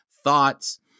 thoughts